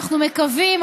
אנחנו מקווים,